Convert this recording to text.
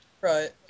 right